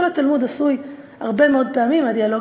כל התלמוד עשוי הרבה מאוד פעמים מהדיאלוג